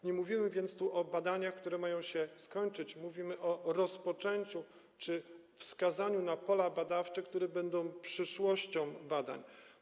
Nie mówimy więc o badaniach, które mają się skończyć, ale mówimy o ich rozpoczęciu czy wskazaniu pól badawczych, które będą przyszłością badań.